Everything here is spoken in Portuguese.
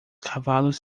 cavalos